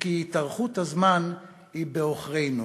וכי התארכות הזמן היא בעוכרינו,